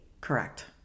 correct